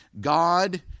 God